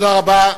תודה רבה.